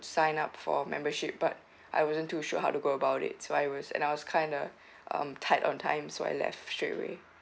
sign up for membership but I wasn't too sure how to go about it so I was and I was kinda um tight on time so I left straight away